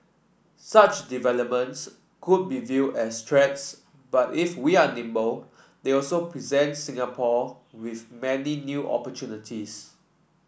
such developments could be view as threats but if we are nimble they also present Singapore with many new opportunities